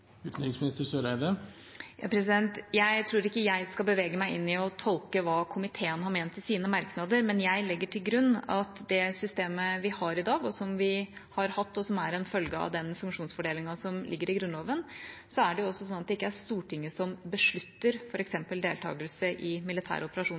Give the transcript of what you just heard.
Jeg tror ikke jeg skal bevege meg inn i å tolke hva komiteen har ment i sine merknader, men jeg legger til grunn at det systemet vi har i dag, som vi har hatt, og som er en følge av den funksjonsfordelingen som ligger i Grunnloven, er at det ikke er Stortinget som beslutter